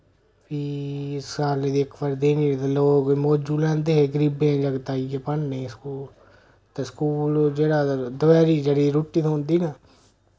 फ्ही साल्लें दी इक बारी देनी ते लोक मौजू लैंदे गरीबें दे जागत आई गे पढ़ने स्कूल ते स्कूल जेह्ड़ा ते दपैह्री जेह्ड़ी रुट्टी थ्होंदी ना